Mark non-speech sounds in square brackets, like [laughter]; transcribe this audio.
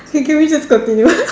can can we just continue [laughs]